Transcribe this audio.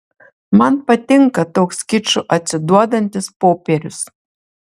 man patinka toks kiču atsiduodantis popierius